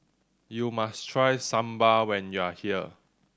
you must try Sambar when you are here